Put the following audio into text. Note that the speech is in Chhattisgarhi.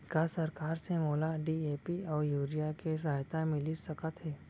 का सरकार से मोला डी.ए.पी अऊ यूरिया के सहायता मिलिस सकत हे?